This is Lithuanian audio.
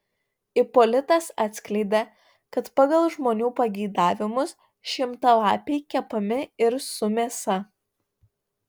ipolitas atskleidė kad pagal žmonių pageidavimus šimtalapiai kepami ir su mėsa